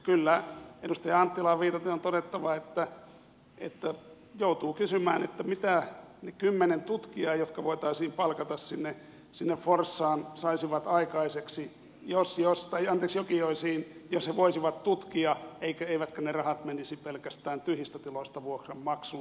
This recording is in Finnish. kyllä edustaja anttilaan viitaten on todettava että joutuu kysymään mitä ne kymmenen tutkijaa jotka voitaisiin palkata sinne forssaan saisivat aikaiseksi anteeksi jokioisiin jos he voisivat tutkia eivätkä ne rahat menisi pelkästään tyhjistä tiloista vuokran maksuun